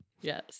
Yes